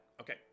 Okay